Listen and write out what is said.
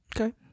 Okay